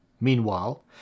meanwhile